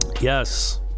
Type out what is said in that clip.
Yes